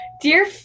Dear